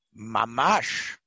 mamash